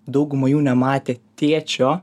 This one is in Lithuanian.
dauguma jų nematė tėčio